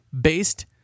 based